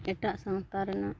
ᱮᱴᱟᱜ ᱥᱟᱶᱛᱟ ᱨᱮᱱᱟᱜ